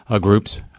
groups